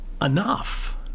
enough